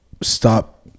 stop